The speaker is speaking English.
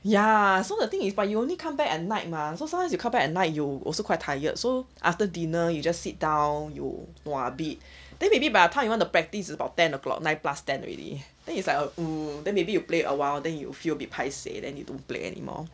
ya so the thing is but you only come back at night mah so some times you come back at night you also quite tired so after dinner you just sit down you nua a bit then maybe by the time you want to practice is about ten o'clock nine plus ten already then it's like uh oo then maybe you play a while then you feel a bit paiseh then you don't play anymore